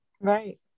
Right